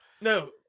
No